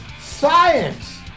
Science